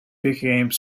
became